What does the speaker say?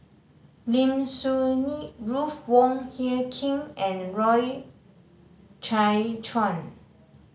Lim Soo Ngee Ruth Wong Hie King and Loy Chye Chuan